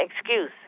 excuse